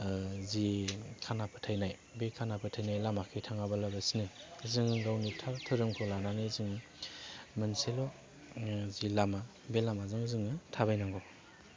जि खाना फोथायनाय बे खाना फोथायनाय लामाखै थाङाबालासिनो जों गावनि थार धोरोमखौ लानानै जों मोनसेल' जि लामा बे लामाजों जोङो थाबायनांगौ